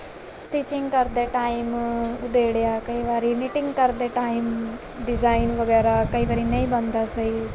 stitching ਕਰਦੇ time ਉਧੇੜਿਆ ਕਈ ਵਾਰੀ ਨੀਟਿੰਗ ਕਰਦੇ ਟਾਈਮ ਡਿਜ਼ਾਇਨ ਵਗੈਰਾ ਕਈ ਵਾਰੀ ਨਹੀਂ ਬਣਦਾ ਸਹੀ